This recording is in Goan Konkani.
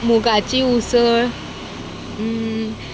मुगाची उसळ